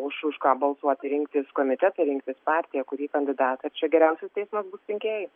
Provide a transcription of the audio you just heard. už už ką balsuoti rinktis komitetą rinktis partiją kurį kandidatą ir čia geriausias teismas bus rinkėjai